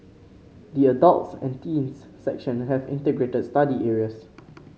the adults and teens section have integrated study areas